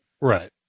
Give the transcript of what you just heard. Right